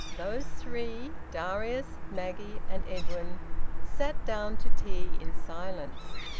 those three darius, maggie, and edwin sat down to tea in silence.